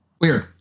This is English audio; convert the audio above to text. Weird